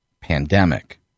pandemic